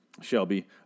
Shelby